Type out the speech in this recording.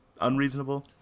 unreasonable